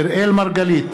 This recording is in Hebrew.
אראל מרגלית,